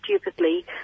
stupidly